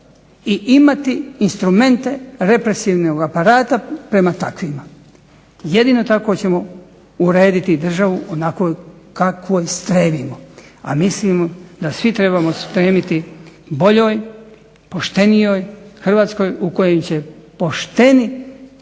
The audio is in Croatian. i imati instrumente represivnog aparata prema takvima. Jedino tako ćemo urediti državu onako kako i stremimo. A mislimo da svi trebamo stremiti boljoj, poštenijoj Hrvatskoj u kojoj će pošteni